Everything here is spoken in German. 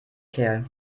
kerl